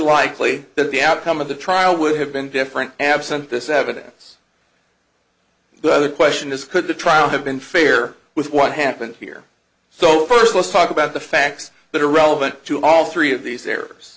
likely that the outcome of the trial would have been different absent this evidence but other question is could the trial have been fair with what happened here so first let's talk about the facts that are relevant to all three of these